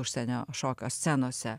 užsienio šokio scenose